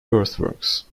earthworks